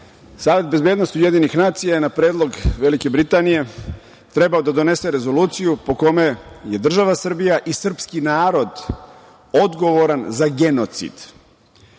Savet bezbednosti UN je, na predlog Velike Britanije, trebao da donese rezoluciju po kojoj je država Srbija i srpski narod odgovoran za genocid.